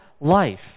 life